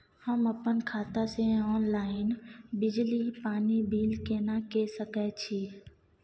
हम अपन खाता से ऑनलाइन बिजली पानी बिल केना के सकै छी?